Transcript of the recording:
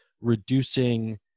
reducing